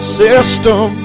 system